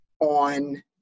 on